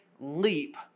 leap